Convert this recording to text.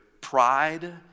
pride